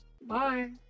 Bye